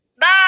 Bye